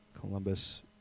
Columbus